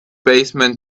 baseman